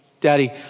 Daddy